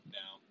now